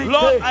Lord